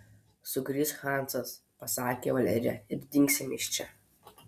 sugrįš hansas pasakė valerija ir dingsime iš čia